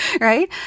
Right